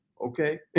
okay